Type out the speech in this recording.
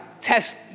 test